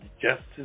justice